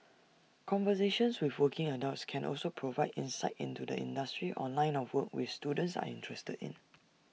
conversations with working adults can also provide insight into the industry or line of work we students are interested in